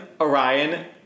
Orion